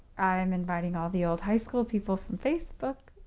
i'm inviting all the old high school people from facebook.